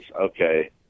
okay